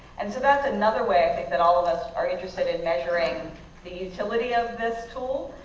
and so that's another way i think that all of us are interested in measuring the utility of this tool.